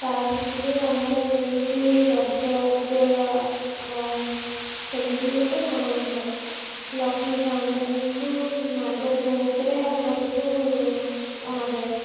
ତା ଭିତରୁ ଆମର ଯେମିତି ରଜ ଦୋଳ ସେମିତି ବି ଗୋଟେ ମାଣବସା ଲକ୍ଷ୍ମୀ ସାଆନ୍ତାଣିଙ୍କୁ ମାର୍ଗଶିର ମାସରେ ଆଉ ଘରକୁ ଅଣାଯାଏ